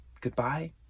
goodbye